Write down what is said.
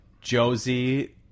Josie